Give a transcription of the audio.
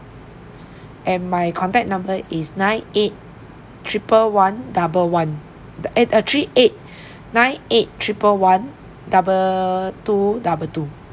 and my contact number is nine eight triple one double one the eh uh three eight nine eight triple one double two double two